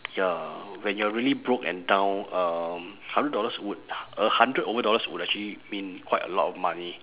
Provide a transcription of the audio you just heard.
ya when you're really broke and down um hundred dollars would a hundred over dollars would actually mean quite a lot of money